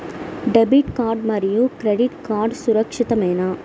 Debit card మరియు credit card సురక్షితమేనా?